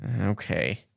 Okay